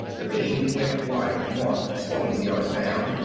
the beam went wide of the mark, slowing the other down,